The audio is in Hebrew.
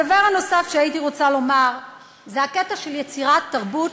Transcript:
הדבר הנוסף שהייתי רוצה לומר זה הקטע של יצירת תרבות,